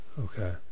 Okay